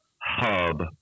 hub